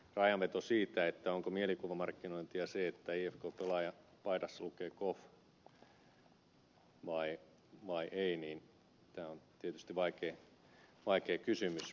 rajanveto siitä että onko mielikuvamarkkinointia se että ifk pelaajan paidassa lukee koff vai ei niin tämä on tietysti vaikea kysymys